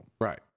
Right